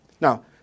Now